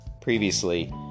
previously